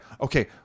okay